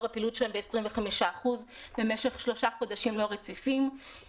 הפעילות שלהם ב-25% במשך שלושה חודשים לא רציפים.